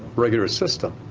regular system.